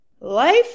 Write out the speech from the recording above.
Life